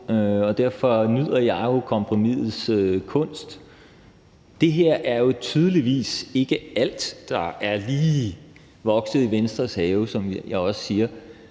og derfor nyder jeg jo kompromisets kunst. Det er tydeligvis ikke alt, der er vokset i Venstres have, som jeg også sagde.